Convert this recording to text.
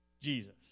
Jesus